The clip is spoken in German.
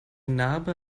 narbe